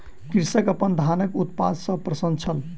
कृषक अपन धानक उत्पादन सॅ प्रसन्न छल